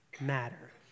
matter